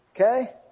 Okay